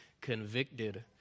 convicted